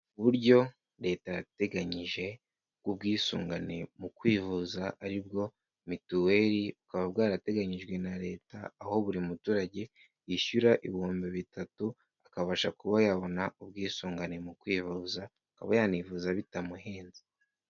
Uburyo Leta yateganyije bw'ubwisungane mu kwivuza ari bwo mituweri, bukaba bwarateganyijwe na Leta, aho buri muturage yishyura ibihumbi bitatu, akabasha kuba yabona ubwisungane mu kwivuza, akaba yanivuza bitamuhenze.